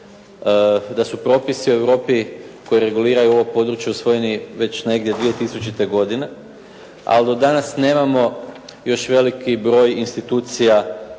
da su propisi u Europi koji reguliraju ovo područje usvojeni već negdje 2000. godine, a do danas nemamo još veliki broj institucija